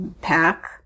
pack